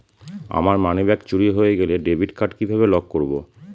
আমার মানিব্যাগ চুরি হয়ে গেলে ডেবিট কার্ড কিভাবে লক করব?